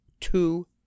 Two